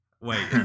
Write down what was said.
wait